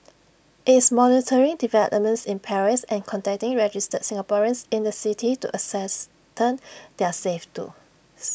IT is monitoring developments in Paris and contacting registered Singaporeans in the city to ascertain their safe to